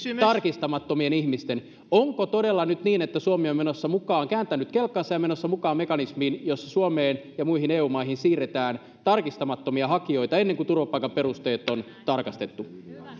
tarkistamattomien ihmisten onko todella nyt niin että suomi on kääntänyt kelkkansa ja menossa mukaan mekanismiin jossa suomeen ja muihin eu maihin siirretään tarkistamattomia hakijoita ennen kuin turvapaikkaperusteet on tarkastettu